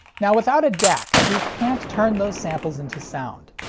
now without a dac, we can't turn those samples into sound.